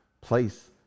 place